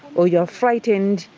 or you are frightened.